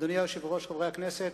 אדוני היושב-ראש, חברי הכנסת,